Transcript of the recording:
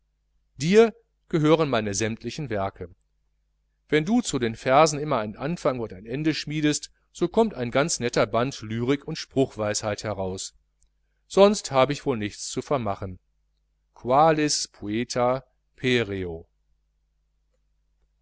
dir gehören meine sämmtlichen werke wenn du zu den versen immer einen anfang und ein ende schmiedest so kommt ein ganz netter band lyrik und spruchweisheit heraus sonst hab ich wohl nichts zu vermachen